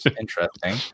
interesting